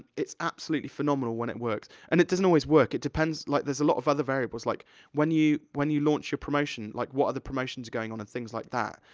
it's absolutely phenomenal when it works. and it doesn't always work, it depends, like, there's a lot of other variables, like when you, when you launch your promotion, like what other promotions are going on, and things like that.